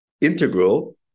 integral